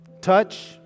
touch